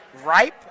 Ripe